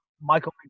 Michael